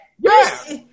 Yes